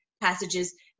passages